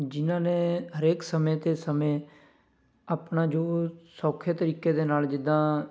ਜਿਨ੍ਹਾਂ ਨੇ ਹਰੇਕ ਸਮੇਂ 'ਤੇ ਸਮੇਂ ਆਪਣਾ ਜੋ ਸੌਖੇ ਤਰੀਕੇ ਦੇ ਨਾਲ ਜਿੱਦਾਂ